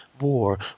war